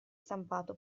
stampato